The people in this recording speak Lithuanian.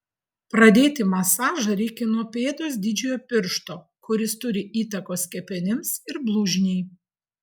pradėti masažą reikia nuo pėdos didžiojo piršto kuris turi įtakos kepenims ir blužniai